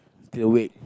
still awake